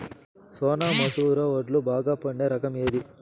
సోనా మసూర వడ్లు బాగా పండే రకం ఏది